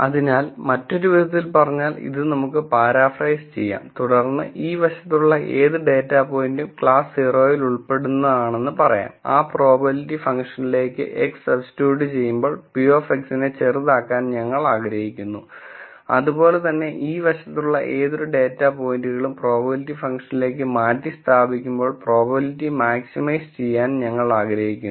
അതിനാൽ മറ്റൊരു വിധത്തിൽ പറഞ്ഞാൽ നമുക്ക് ഇത് പാരാഫ്രേസ് ചെയ്യാം തുടർന്ന് ഈ വശത്തുള്ള ഏത് ഡാറ്റാ പോയിന്റും ക്ലാസ് 0 ൽ ഉൾപ്പെടുന്നതാണെന്ന് പറയാം ആ പ്രോബബിലിറ്റി ഫംഗ്ഷനിലേക്ക് x സബ്സ്റ്റിറ്റ്യൂട്ട് ചെയ്യുമ്പോൾ p of x നെ ചെറുതാക്കാൻ ഞങ്ങൾ ആഗ്രഹിക്കുന്നു അതുപോലെതന്നെ ഈ വശത്തുള്ള ഏതൊരു ഡേറ്റ പോയിന്റുകളും പ്രോബബിലിറ്റി ഫങ്ഷനിലേക്ക് മാറ്റി സ്ഥാപിക്കുബോൾ പ്രോബബിലിറ്റി മാക്സിമൈസ് ചെയ്യാൻ ഞങ്ങൾ ആഗ്രഹിക്കുന്നു